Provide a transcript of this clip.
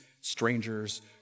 strangers